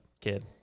kid